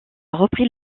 repris